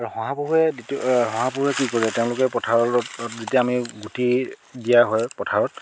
আৰু শহাপহুৱে দ্বিতীয় শহাপহুৱে কি কৰে তেওঁলোকে পথাৰত ৰত যেতিয়া আমি গুটি দিয়া হয় পথাৰত